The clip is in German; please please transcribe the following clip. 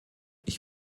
ich